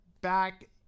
Back